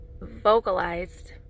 vocalized